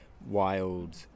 wild